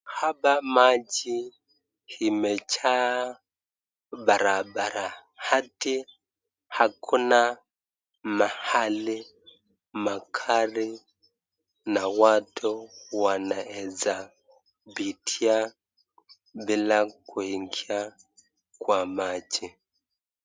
Hapa maji imejaa barabara hadi hakuna mahali magari na watu wanaeza pitia bila kuingia kwa maji.